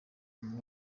imana